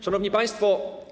Szanowni Państwo!